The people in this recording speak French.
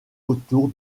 autour